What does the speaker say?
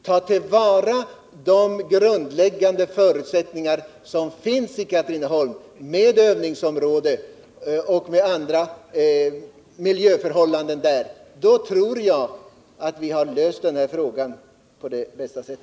Ta till vara de grundläggande förutsättningar som finns i Katrineholm med övningsområde och andra miljöförhållanden! Då tror jag att vi har löst den här frågan på bästa sätt.